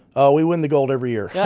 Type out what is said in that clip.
ah we win the gold every year yeah